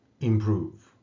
improve